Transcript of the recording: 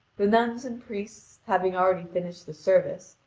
the nuns and priests, having already finished the service,